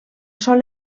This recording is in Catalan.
sol